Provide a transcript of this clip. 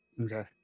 Okay